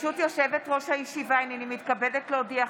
ברשות יושבת-ראש הישיבה, הינני מתכבדת להודיעכם,